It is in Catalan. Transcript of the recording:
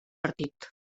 partit